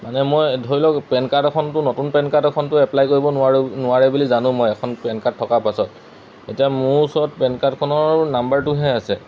মানে মই ধৰি লওক পেন কাৰ্ড এখনতো নতুন পেন কাৰ্ড এখনতো এপ্লাই কৰিব নোৱাৰোঁ নোৱাৰে বুলি জানোঁ মই এখন পেন কাৰ্ড থকাৰ পাছত এতিয়া মোৰ ওচৰত পেন কাৰ্ডখনৰ নাম্বাৰটোহে আছে